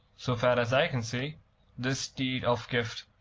so far as i can see this deed of gift,